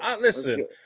Listen